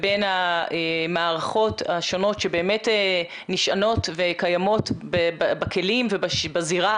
ובין המערכות השונות שבאמת נשענות וקיימות בכלים ובזירה